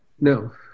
No